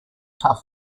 tough